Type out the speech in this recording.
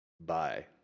bye